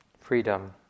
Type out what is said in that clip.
freedom